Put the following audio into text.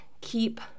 keep